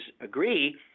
agree